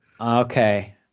Okay